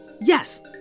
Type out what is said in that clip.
Yes